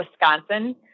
Wisconsin